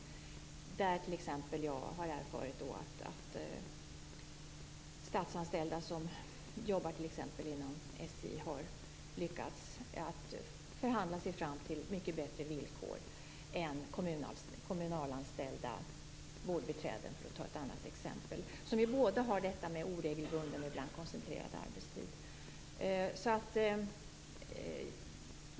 Jag har t.ex. erfarit att statsanställda som jobbar inom SJ har lyckats att förhandla sig fram till mycket bättre villkor än kommunalanställda vårdbiträden. Dessa grupper har båda oregelbunden och ibland koncentrerad arbetstid.